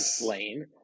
lane